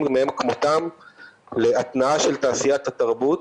מאין כמותם להתנעה של תעשיית התרבות.